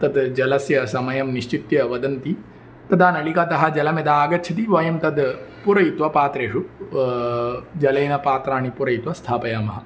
तद् जलस्य समयं निश्चित्य वदन्ति तदा नलिकातः जलं यदा आगच्छति वयं तद् पूरयित्वा पात्रेषु जलेन पात्राणि पूरयित्वा स्थापयामः